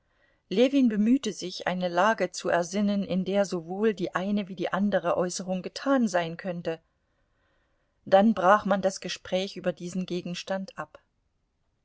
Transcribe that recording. ljewin bemühte sich eine lage zu ersinnen in der sowohl die eine wie die andere äußerung getan sein könnte dann brach man das gespräch über diesen gegenstand ab